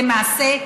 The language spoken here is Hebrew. למעשה,